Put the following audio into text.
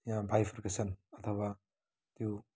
यहाँ बाइफर्केसन अथवा त्यो